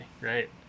right